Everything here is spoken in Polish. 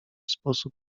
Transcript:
sposób